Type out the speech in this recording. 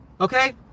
okay